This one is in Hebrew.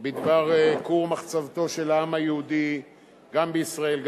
בדבר כור מחצבתו של העם היהודי גם בישראל,